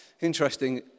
Interesting